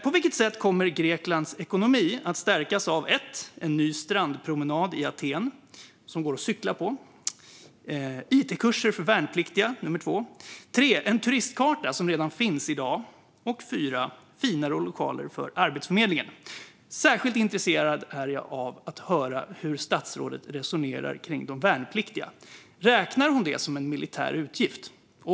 På vilket sätt kommer Greklands ekonomi att stärkas av en ny strandpromenad i Aten som det går att cykla på, it-kurser för värnpliktiga, en turistkarta som redan finns i dag samt fina lokaler för arbetsförmedlingen? Jag är särskilt intresserad av att höra hur statsrådet resonerar om de värnpliktiga. Räknar hon det förslaget som en militär utgift?